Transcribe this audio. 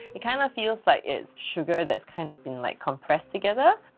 it kind of feels like it's sugar that's kind of been like compressed together.